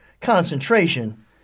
concentration